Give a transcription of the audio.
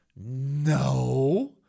No